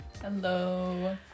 Hello